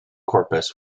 corpus